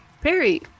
Perry